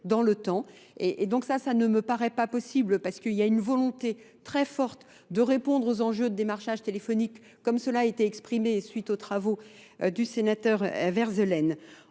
et donc ça, ça ne me paraît pas possible parce qu'il y a une volonté très forte de répondre aux enjeux de démarchage téléphonique comme cela a été exprimé suite aux travaux du sénateur Verzelen.